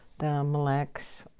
the mille lacs